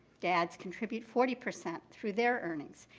dads contribute forty percent through their earnings.